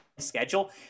Schedule